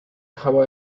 how